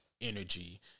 energy